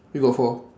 you got four